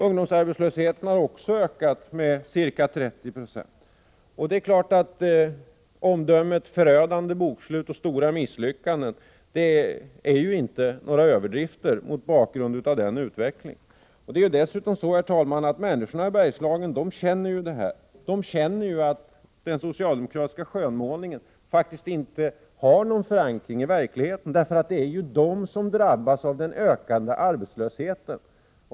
Ungdomsarbetslösheten har också ökat med ca 30 20. Att fälla omdömet förödande bokslut och stora misslyckanden är naturligtvis ingen överdrift mot bakgrund av denna utveckling. Människorna i Bergslagen känner att den socialdemokratiska skönmålningen inte har någon förankring i verkligheten, därför att det är de som drabbas av den ökande arbetslösheten.